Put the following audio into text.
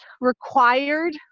required